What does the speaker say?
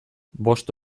bost